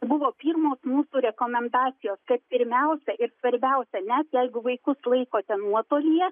buvo pirmos mūsų rekomendacijos kad pirmiausia ir svarbiausia net jeigu vaikus laikote nuotolyje